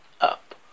up